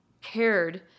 cared